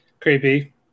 Creepy